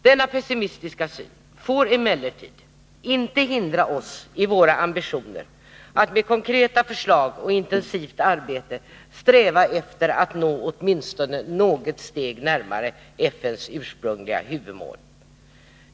Denna pessimistiska syn får emellertid inte hindra oss i våra ambitioner att med konkreta förslag och intensivt arbete sträva efter att nå åtminstone något steg närmare FN:s ursprungliga huvudmål.